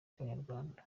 y’abanyarwanda